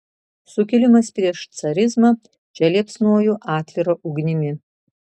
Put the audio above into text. sukilimas prieš carizmą čia liepsnojo atvira ugnimi